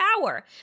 power